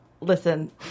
Listen